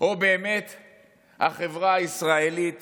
או באמת על החברה הישראלית